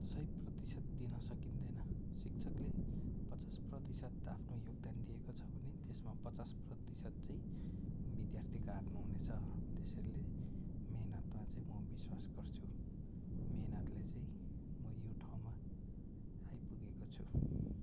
सय प्रतिशत दिन सकिँदैन शिक्षकले पचास प्रतिशत आफ्नो योगदान दिएको छ भने त्यसमा पचास प्रतिशत चाहिँ विद्यार्थीका हातमा हुनेछ त्यसैले मिहिनेतमा चाहिँ म विश्वास गर्छु मिहिनेतले चाहिँ म यो ठाउँमा आइपुगेको छु